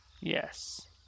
Yes